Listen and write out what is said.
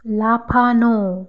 লাফানো